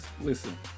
Listen